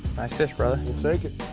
nice fish, brother. i'll take it.